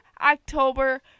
october